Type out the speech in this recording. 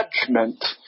judgment